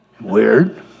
weird